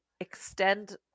extend